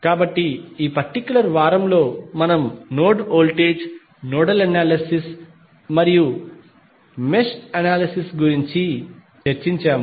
కాబట్టి ఈ పర్టిక్యులర్ వారంలో మనము నోడ్ వోల్టేజ్ నోడల్ అనాలిసిస్ మరియు మెష్ అనాలిసిస్ గురించి చర్చించాము